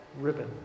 ribbon